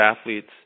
athletes